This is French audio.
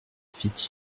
fit